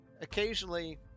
Occasionally